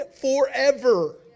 forever